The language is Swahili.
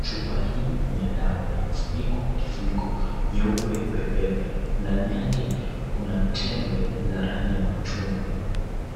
Chupa hii ni ya dawa na imefunikwa kwa kifuniko nyeupe pepepe ndani yake kuna tembe za rangi ya machungwa.